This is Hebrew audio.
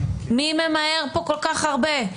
מי ממהר פה כל כך הרבה?